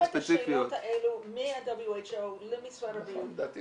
כששואלים את השאלות האלה מה-W.H.O למשרד הבריאות,